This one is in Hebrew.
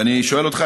ואני שואל אותך,